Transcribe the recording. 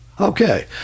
Okay